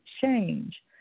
change